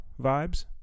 vibes